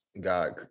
God